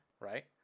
right